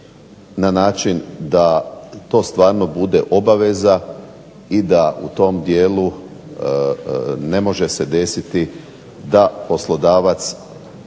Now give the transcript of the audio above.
na način da to stvarno bude obaveza i da u tom dijelu ne može se desiti da poslodavac